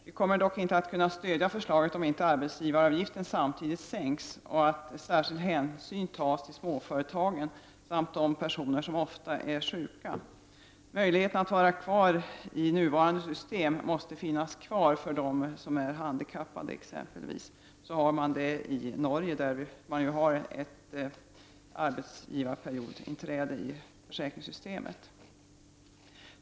Vi kommer dock inte att kunna stödja förslaget om inte arbetsgivaravgiften samtidigt sänks och om inte särskild hänsyn tas till småföretagen samt till de personer som ofta är sjuka. Möjligheten att kvarstå i nuvarande system måste behållas för exempelvis handikappade. Så är det i Norge, som har en period med arbetsgivarinträde i sitt sjukförsäkringssystem.